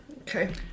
okay